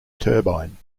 turbine